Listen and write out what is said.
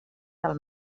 del